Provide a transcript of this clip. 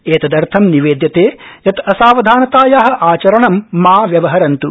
एतदर्थ निवेद्यते यत् असावधानताया आचरणं मा व्यवहरन्त्